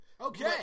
Okay